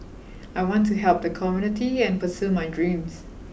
I want to help the community and pursue my dreams